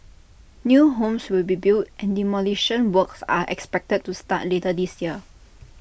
new homes will be built and demolition works are expected to start later this year